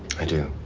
i do.